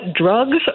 drugs